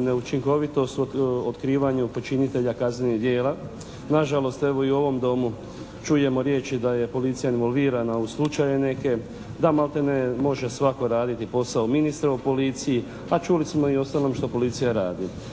neučinkovitost u otkrivanju počinitelja kaznenih djela. Na žalost evo i u ovom Domu čujemo riječi da je policija involvirana u slučaje neke, da maltene može svatko raditi posao ministra u policiji, a čuli smo i uostalom što policija radi.